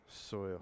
soil